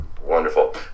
Wonderful